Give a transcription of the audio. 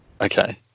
Okay